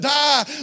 die